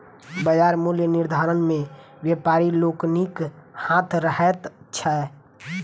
बाजार मूल्य निर्धारण मे व्यापारी लोकनिक हाथ रहैत छै